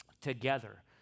together